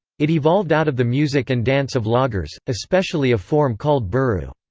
it evolved out of the music and dance of loggers, especially a form called buru.